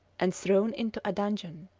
and thrown into a dungeon.